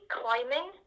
climbing